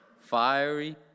fiery